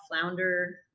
flounder